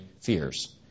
fears